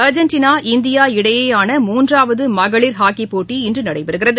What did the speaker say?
Argentina India இடையேயான மூன்றாவதுமகளி் ஹாக்கிப் போட்டி இன்றுநடைபெறுகிறது